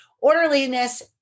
orderliness